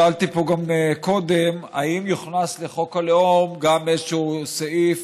שאלתי פה גם קודם האם יוכנס לחוק הלאום גם איזשהו סעיף